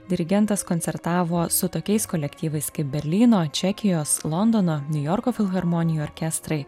dirigentas koncertavo su tokiais kolektyvais kaip berlyno čekijos londono niujorko filharmonijų orkestrai